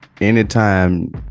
Anytime